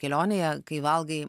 kelionėje kai valgai